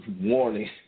Warning